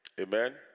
Amen